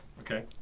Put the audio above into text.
Okay